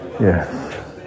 Yes